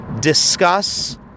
discuss